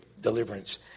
deliverance